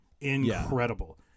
Incredible